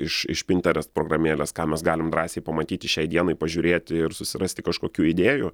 iš iš pinterest programėlės ką mes galim drąsiai pamatyti šiai dienai pažiūrėti ir susirasti kažkokių idėjų